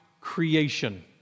creation